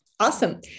Awesome